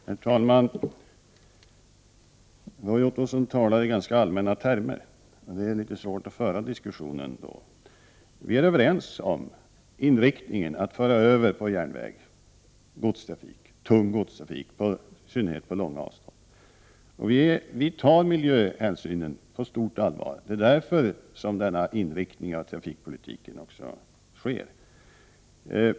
Herr talman! Roy Ottosson talade i ganska allmänna termer, men det är litet svårt att föra diskussionen då. Vi är överens om inriktningen, nämligen att man skall föra över tung godstrafik från landsväg till järnväg, i synnerhet när det är fråga om långa avstånd. Regeringen tar miljöhänsynen på stort allvar. Det är därför regeringen har denna inriktning när det gäller trafikpolitiken.